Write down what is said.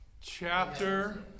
Chapter